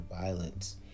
violence